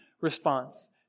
response